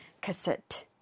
Cassette